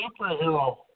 superhero